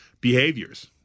behaviors